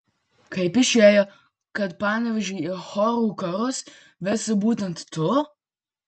kaip išėjo kad panevėžį į chorų karus vesi būtent tu